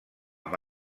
amb